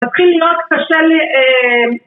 תתחיל להיות קשה ל..